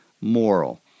moral